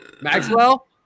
Maxwell